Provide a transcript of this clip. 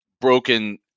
broken